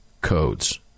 codes